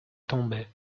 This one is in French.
tombait